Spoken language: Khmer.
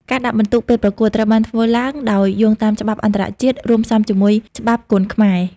ការដាក់ពិន្ទុពេលប្រកួត ត្រូវបានធ្វើឡើងដោយយោងតាមច្បាប់អន្តរជាតិរួមផ្សំជាមួយច្បាប់គុនខ្មែរ។